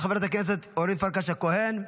חברת הכנסת אורית פרקש הכהן,